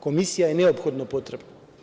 Komisija je neophodno potrebna.